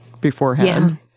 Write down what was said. beforehand